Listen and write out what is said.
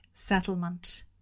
settlement